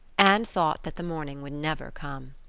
anne thought that the morning would never come.